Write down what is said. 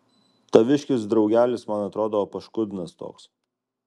taviškis draugelis man atrodo paškudnas toks